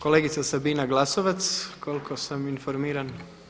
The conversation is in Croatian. Kolegica Sabina Glasovac koliko sam informiran.